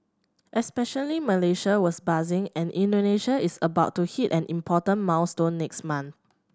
especially Malaysia was buzzing and Indonesia is about to hit an important milestone next month